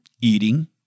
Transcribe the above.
eating